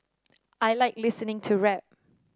I like listening to rap